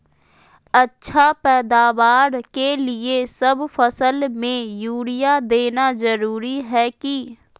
अच्छा पैदावार के लिए सब फसल में यूरिया देना जरुरी है की?